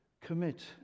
commit